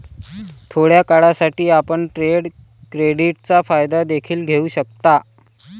थोड्या काळासाठी, आपण ट्रेड क्रेडिटचा फायदा देखील घेऊ शकता